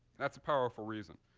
that's a powerful reason.